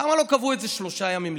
למה לא קבעו את זה שלושה ימים לפני,